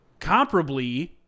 comparably